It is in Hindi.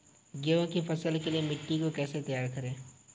गेहूँ की फसल के लिए मिट्टी को कैसे तैयार करें?